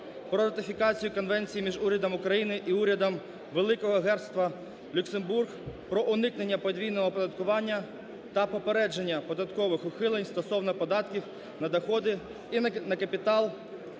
про ратифікацію Конвенції між Урядом України і Урядом Великого Герцогства Люксембург про уникнення подвійного оподаткування та попередження податкових ухилень стосовно податків на доходи і на капітал